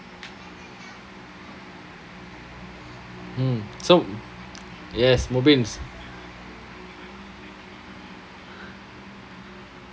mm so yes